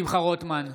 שמחה רוטמן,